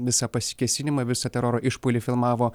visą pasikėsinimą visą teroro išpuolį filmavo